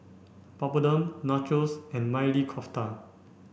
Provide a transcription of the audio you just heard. Papadum Nachos and Maili Kofta